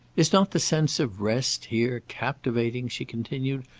is not the sense of rest here captivating? she continued.